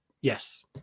Yes